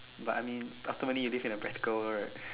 but I mean ultimately you live in a practical world right